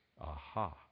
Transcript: Aha